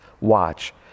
watch